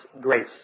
grace